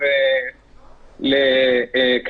אנחנו עושים את זה כי אנחנו רוצים לעשות את זה.